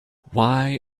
why